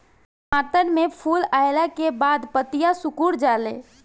टमाटर में फूल अईला के बाद पतईया सुकुर जाले?